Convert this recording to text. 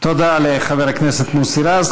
תודה לחבר הכנסת מוסי רז.